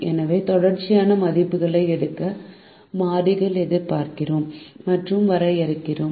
எனவே தொடர்ச்சியான மதிப்புகளை எடுக்க மாறிகள் எதிர்பார்க்கிறோம் மற்றும் வரையறுக்கிறோம்